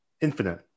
Infinite